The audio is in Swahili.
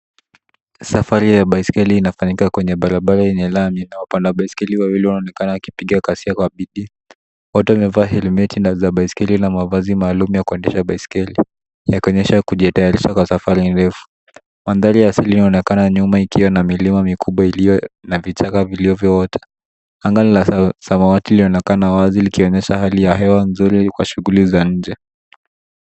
Safari ya baiskeli inafanyika kwenye barabara yenye lami, na wapanda baiskeli wawili wanaonekana wakipiga kasia kwa bidii. Wote wamevaa helmeti za baiskeli na mavazi maalum ya kuendesha baiskeli, ya kuonyesha kujitayarisha kwa safari ndefu. Mandhari ya asili inaonekana nyuma ikiwa na milima mikubwa iliyo na vichaka vilivyoota. Anga la samawati linaonekana wazi likionyesha hali ya hewa nzuri kwa shughuli za nje.